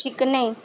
शिकणे